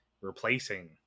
replacing